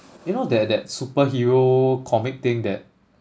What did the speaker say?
you know that that superhero comic thing that